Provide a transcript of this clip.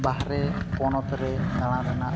ᱵᱟᱦᱨᱮ ᱯᱚᱱᱚᱛ ᱨᱮ ᱫᱟᱬᱟᱱ ᱨᱮᱱᱟᱜ